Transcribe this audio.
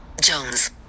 Jones